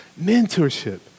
Mentorship